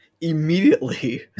immediately